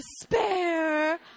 despair